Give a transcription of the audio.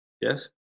yes